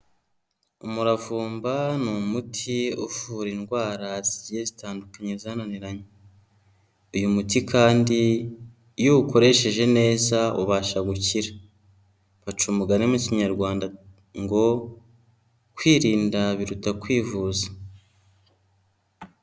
Umuravumba ni umuti uvura indwara zigiye zitandukanye zananiranye, uyu muti kandi iyo ukoresheje neza ubasha gukira, baca umugani mu kinyarwanda ngo kwirinda biruta kwivuza.